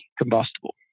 combustible